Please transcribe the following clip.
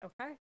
Okay